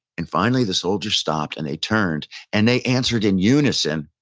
and finally the soldiers stopped and they turned and they answered in unison,